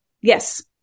Yes